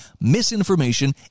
misinformation